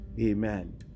Amen